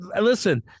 Listen